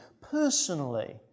personally